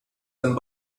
and